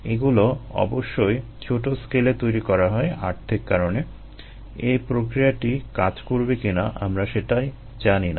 এগুলো অবশ্যই ছোট স্কেলে তৈরি করা হয় আর্থিক কারণে এ প্রক্রিয়াটি কাজ করবে কিনা আমরা সেটাই জানি না